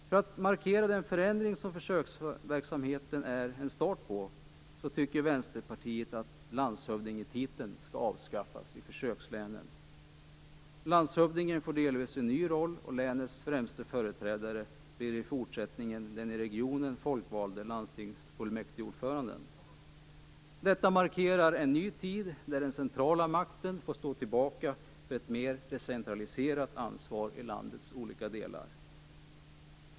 För att markera den förändring som försöksverksamheten är en inledning till tycker Vänsterpartiet att landshövdingetiteln skall avskaffas i försökslänen. Landshövdingen får delvis en ny roll, och länets främste företrädare blir i fortsättningen den i regionen folkvalde landstingsfullmäktigeordföranden. Detta markerar en ny tid, där den centrala makten får stå tillbaka för ett mer decentraliserat ansvar i landets olika delar.